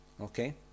Okay